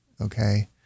okay